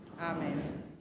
Amen